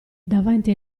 davanti